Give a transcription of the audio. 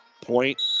Point